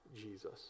Jesus